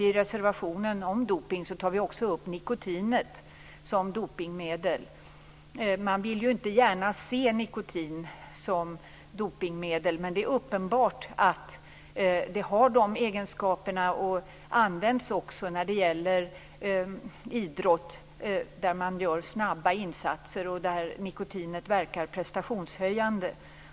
I reservationen om dopning i betänkandet tar vi också upp nikotinet som dopningsmedel. Man vill inte gärna se nikotin som dopningsmedel, men det är uppenbart att det har de egenskaperna och att det används i idrott där man gör snabba insatser. Nikotin verkar prestationshöjande.